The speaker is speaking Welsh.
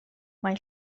mae